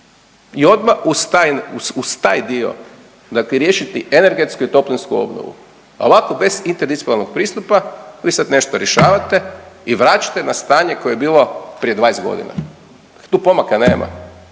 uz taj, uz taj dio dakle riješiti energetsku i toplinsku obnovu, a ovako bez interdisciplinarnog pristupa vi sad nešto rješavate i vraćate na stanje koje je bilo prije 20.g., tu pomaka nema,